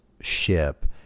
ship